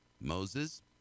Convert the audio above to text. Moses